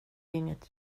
inget